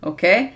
Okay